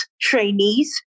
trainees